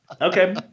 Okay